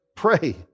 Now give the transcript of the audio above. pray